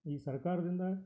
ಈ ಸರ್ಕಾರದಿಂದ